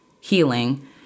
healing